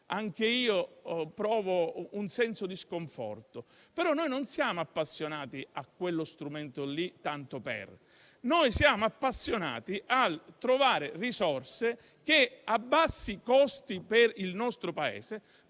anch'io provo un senso di sconforto, però noi non siamo appassionati a quello strumento lì «tanto per»; noi siamo appassionati al tema di trovare risorse che, a bassi costi per il nostro Paese,